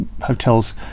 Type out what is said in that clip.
hotels